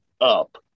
up